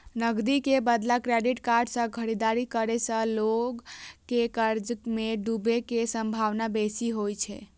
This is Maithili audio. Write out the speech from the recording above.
नकदी के बदला क्रेडिट कार्ड सं खरीदारी करै सं लोग के कर्ज मे डूबै के संभावना बेसी होइ छै